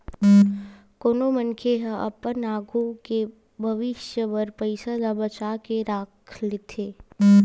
कोनो मनखे ह अपन आघू के भविस्य बर पइसा ल बचा के राख लेथे